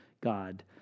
God